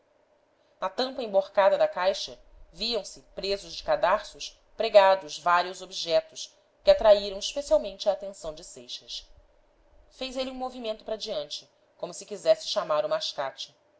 na tampa emborcada da caixa viam-se presos de cadarços pregados vários objetos que atraíram especialmente a atenção de seixas fez ele um movimento para diante como se quisesse chamar o mascate